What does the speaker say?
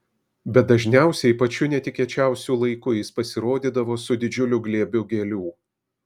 bet dažniausiai pačiu netikėčiausiu laiku jis pasirodydavo su didžiuliu glėbiu gėlių